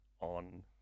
on